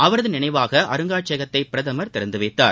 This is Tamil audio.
அவரது நினைவாக அருங்காட்சியகத்தை பிரதமர் திறந்து வைத்தார்